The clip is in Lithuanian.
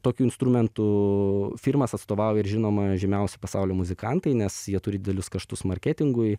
tokių instrumentų firmas atstovauja ir žinoma žymiausi pasaulio muzikantai nes jie turi didelius kaštus marketingui